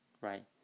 right